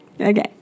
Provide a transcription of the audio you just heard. Okay